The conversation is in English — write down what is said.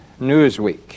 Newsweek